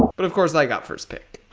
but of course i got first pick